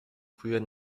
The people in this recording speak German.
früher